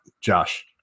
Josh